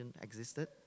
existed